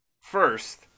First